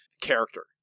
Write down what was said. character